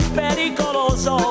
pericoloso